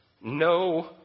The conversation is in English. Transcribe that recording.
No